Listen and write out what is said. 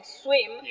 swim